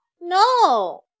No